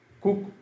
cook